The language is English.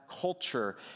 culture